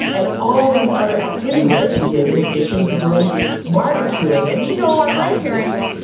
and all these other activities that she did in addition to doing barbecuing. and you know our grandparents,